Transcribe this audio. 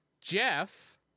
Jeff